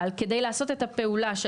אבל כדי לעשות את הפעולה של